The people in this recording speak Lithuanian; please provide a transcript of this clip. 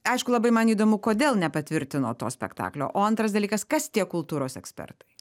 aišku labai man įdomu kodėl nepatvirtino to spektaklio o antras dalykas kas tie kultūros ekspertai